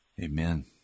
Amen